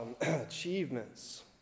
achievements